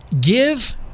Give